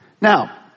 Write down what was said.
Now